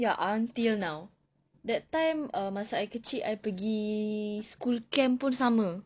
ya until now that time err masa I kecil I pergi school camp pun sama